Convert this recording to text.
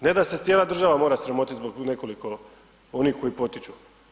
Ne da se cijela država mora sramotiti zbog nekoliko onih koji potiču.